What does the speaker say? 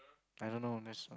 I don't know that's not